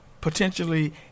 potentially